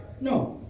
No